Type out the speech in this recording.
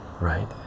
right